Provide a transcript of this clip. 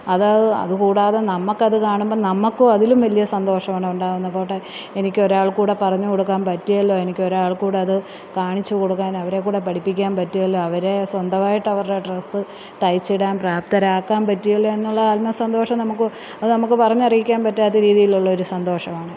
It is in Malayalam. അത് അത്കൂടാതെ നമുക്ക് അത് കാണുമ്പം നമുക്കും അതിലും വലിയ സന്തോഷമാണ് ഉണ്ടാകുന്നത് പോട്ടെ എനിക്ക് ഒരാൾക്കും കൂടെ പറഞ്ഞു കൊടുക്കാൻ പറ്റിയല്ലോ എനിക്ക് ഒരാൾക്കും കൂടെ അത് കാണിച്ച് കൊടുക്കാൻ അവരെ കൂടെ പഠിപ്പിക്കാൻ പറ്റിയല്ലോ അവരെ സ്വന്തമായിട്ട് അവരുടെ ഡ്രസ്സ് തയിച്ച് ഇടാൻ പ്രാപ്തരാക്കാന് പറ്റിയല്ലോ എന്നുള്ള ആത്മസന്തോഷം നമുക്ക് അത് നമുക്ക് പറഞ്ഞറിയിക്കാന് പറ്റാത്ത രീതിയിൽ ഉള്ള ഒര് സന്തോഷമാണ്